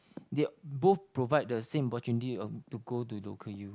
they both provide the same opportunity of to go to local U